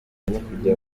navuga